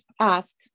ask